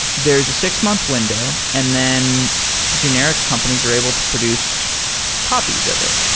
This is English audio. there is a six-month window and then generic companies are able to produce copies of it,